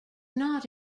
not